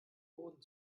boden